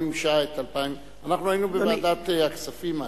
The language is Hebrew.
אנחנו היינו בוועדת הכספים אז,